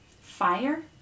Fire